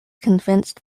convinced